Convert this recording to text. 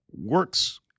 works